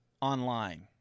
online